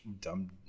dumb